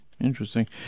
interesting